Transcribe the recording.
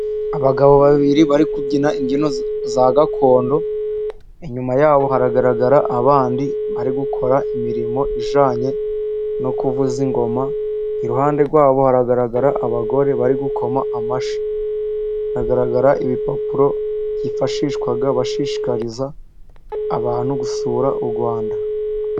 Abagabo babiri bari kubyina imbyino za gakondo, inyuma yabo haragaragara abandi bari gukora imirimo ijyanye no kuvuza ingoma, iruhande rwabo haragaragara abagore bari gukoma amashyi. Hagaragara ibipapuro byifashishwa bashishikariza abantu gusura u Rwanda.